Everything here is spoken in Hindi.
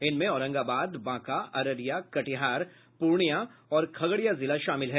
इनमें औरंगाबाद बांका अररिया कटिहार पूर्णिया और खगड़िया जिला शामिल है